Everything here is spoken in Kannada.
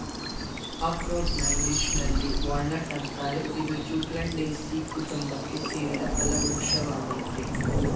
ಅಖ್ರೋಟ್ನ ಇಂಗ್ಲೀಷಿನಲ್ಲಿ ವಾಲ್ನಟ್ ಅಂತಾರೆ ಇದು ಜ್ಯೂಗ್ಲಂಡೇಸೀ ಕುಟುಂಬಕ್ಕೆ ಸೇರಿದ ಫಲವೃಕ್ಷ ವಾಗಯ್ತೆ